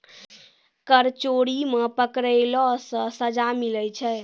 कर चोरी मे पकड़ैला से सजा मिलै छै